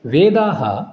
वेदाः